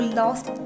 lost